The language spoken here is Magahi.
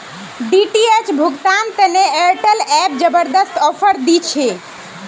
डी.टी.एच भुगतान तने एयरटेल एप जबरदस्त ऑफर दी छे